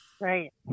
Right